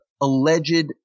alleged